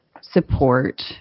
support